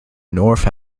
north